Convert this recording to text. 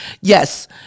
Yes